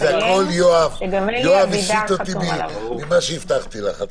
יואב הסיט אותי ממה שהבטחתי לך.